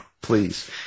please